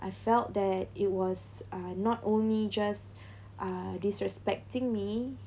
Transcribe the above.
I felt that it was uh not only just uh disrespecting me